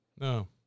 no